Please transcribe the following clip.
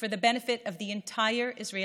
דברו כאשר נדרשים שינויים במדיניות,